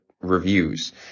reviews